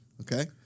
Okay